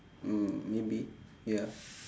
mm maybe ya